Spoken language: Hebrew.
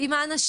גם עובדים